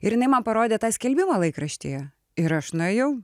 ir jinai man parodė tą skelbimą laikraštyje ir aš nuėjau